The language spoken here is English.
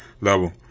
level